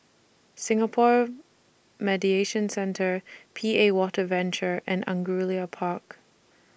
Singapore Mediation Centre P A Water Venture and Angullia Park